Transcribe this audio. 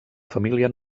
família